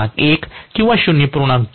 1 किंवा 0